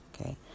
Okay